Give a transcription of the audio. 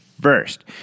first